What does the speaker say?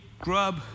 grub